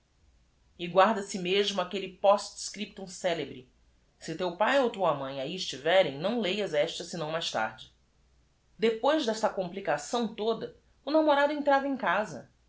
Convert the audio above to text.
bonde guarda se mesmo aquelle postscriptum celebre e teu pae ou tua mãe a b i estiverem não leias esta senão mais tarde epois d e s s a complicação toda o namorado entrava em casa